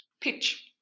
pitch